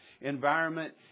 environment